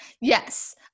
Yes